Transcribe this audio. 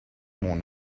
mon